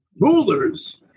rulers